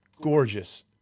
gorgeous